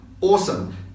awesome